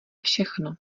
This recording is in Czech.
všechno